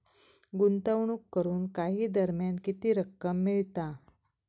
गुंतवणूक करून काही दरम्यान किती रक्कम मिळता?